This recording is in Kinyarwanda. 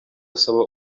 asaba